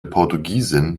portugiesin